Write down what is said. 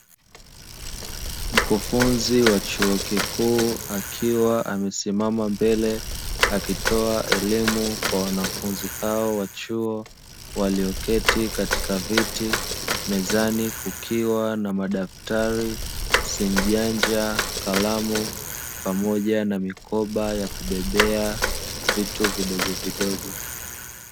Mkufunzi wa chuo kikuu akiwa amesimama mbele akitoa elimu kwa wanafunzi hao wa chuo walioketi katika viti, Mezani kukiwa na madaftari, simu janja, karamu pamoja na mikoba ya kubebea vitu vidogo vidogo.